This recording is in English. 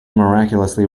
miraculously